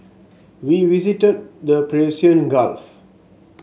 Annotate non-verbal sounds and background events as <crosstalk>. we visited the <unintelligible> Gulf